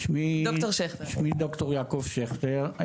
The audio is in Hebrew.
שמי ד"ר יעקב שכטר.